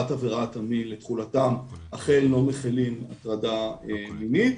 עבירת המין אכן לא מכילים הטרדה מינית.